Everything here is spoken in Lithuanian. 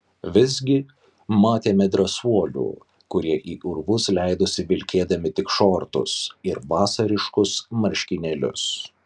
visgi matėme drąsuolių kurie į urvus leidosi vilkėdami tik šortus ir vasariškus marškinėlius